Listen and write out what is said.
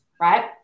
right